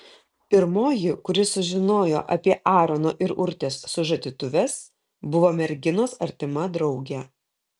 pirmoji kuri sužinojo apie aarono ir urtės sužadėtuves buvo merginos artima draugė